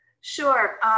Sure